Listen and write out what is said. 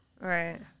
Right